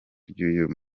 ry’uyu